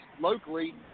locally